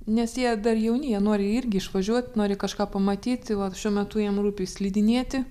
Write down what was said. nes jie dar jauni jie nori irgi išvažiuot nori kažką pamatyti va šiuo metu jiem rūpi slidinėti